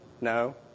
No